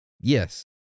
Yes